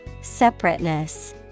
separateness